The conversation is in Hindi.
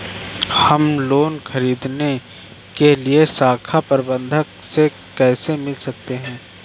हम लोन ख़रीदने के लिए शाखा प्रबंधक से कैसे मिल सकते हैं?